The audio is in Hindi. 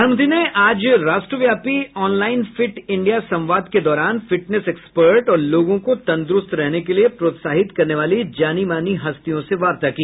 प्रधानमंत्री ने आज राष्ट्रव्यापी ऑनलाइन फिट इंडिया संवाद के दौरान फिटनेस एक्सपर्ट और लोगों को तंदुरूस्त रहने के लिए प्रोत्साहित करने वाली जानी मानी हस्तियों से वार्ता की